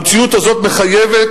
המציאות הזאת מחייבת